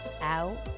out